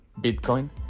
Bitcoin